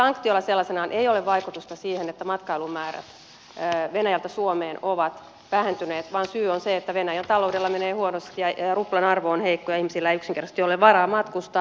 näillä sanktioilla sellaisenaan ei ole vaikutusta siihen että matkailumäärät venäjältä suomeen ovat vähentyneet vaan syy on se että venäjän taloudella menee huonosti ja ruplan arvo on heikko ja ihmisillä ei yksinkertaisesti ole varaa matkustaa